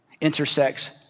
intersects